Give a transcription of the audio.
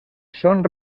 són